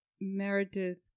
Meredith